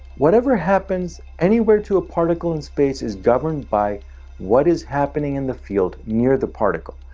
whatever happens anywhere to a particle in space is governed by what is happening in the field near the particle.